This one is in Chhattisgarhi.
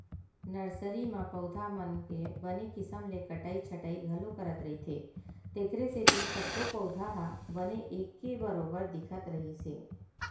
नरसरी म पउधा मन के बने किसम ले कटई छटई घलो करत रहिथे तेखरे सेती सब्बो पउधा ह बने एके बरोबर दिखत रिहिस हे